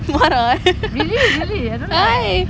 marah eh why